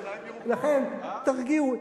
לכן, תרגיעו.